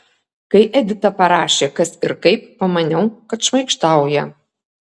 kai edita parašė kas ir kaip pamaniau kad šmaikštauja